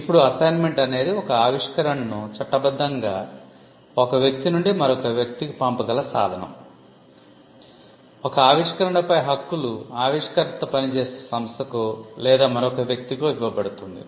ఇప్పుడు 'అసైన్మెంట్' అనేది ఒక ఆవిష్కరణను చట్టబద్ధంగా ఒక వ్యక్తి నుండి మరొక వ్యక్తికి పంపగల సాధనం ఒక ఆవిష్కరణపై హక్కులు ఆవిష్కర్త పని చేసే సంస్థకో లేదా మరొక వ్యక్తికో ఇవ్వబడుతుంది